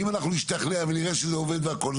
ואם אנחנו נשתכנע ונראה שזה עובד והכול,